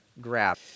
grab